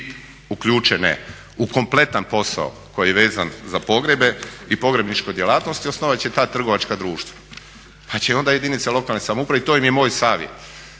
bit uključene u kompletan posao koji je vezan za pogrebe i pogrebničku djelatnost osnovat će ta trgovačka društva, pa će onda jedinice lokalne samouprave i to im je moj savjet,